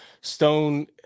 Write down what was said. Stone